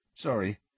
Sorry